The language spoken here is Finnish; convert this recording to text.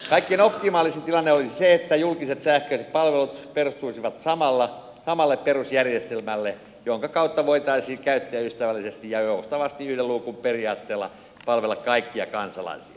kaikkein optimaalisin tilanne olisi se että julkiset sähköiset palvelut perustuisivat samalle perusjärjestelmälle jonka kautta voitaisiin käyttäjäystävällisesti ja joustavasti yhden luukun periaatteella palvella kaikkia kansalaisia